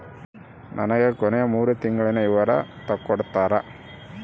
ನನಗ ಕೊನೆಯ ಮೂರು ತಿಂಗಳಿನ ವಿವರ ತಕ್ಕೊಡ್ತೇರಾ?